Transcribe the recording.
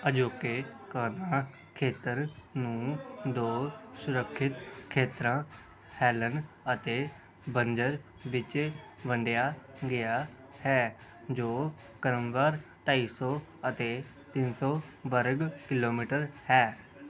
ਅਜੋਕੇ ਕਾਨ੍ਹਾ ਖੇਤਰ ਨੂੰ ਦੋ ਸੁਰੱਖਿਅਤ ਖੇਤਰਾਂ ਹੈਲਨ ਅਤੇ ਬੰਜਰ ਵਿੱਚ ਵੰਡਿਆ ਗਿਆ ਹੈ ਜੋ ਕ੍ਰਮਵਾਰ ਢਾਈ ਸੌ ਅਤੇ ਤਿੰਨ ਸੌ ਵਰਗ ਕਿਲੋਮੀਟਰ ਹੈ